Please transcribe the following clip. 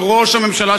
אל ראש הממשלה,